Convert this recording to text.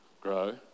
grow